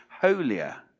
holier